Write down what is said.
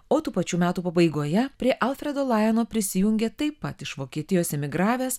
o tų pačių metų pabaigoje prie alfredo lajono prisijungė taip pat iš vokietijos emigravęs